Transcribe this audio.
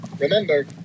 remember